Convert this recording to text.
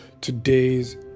today's